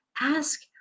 ask